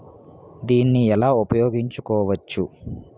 దీన్ని ఎలా ఉపయోగించు కోవచ్చు?